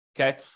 okay